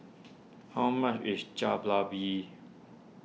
how much is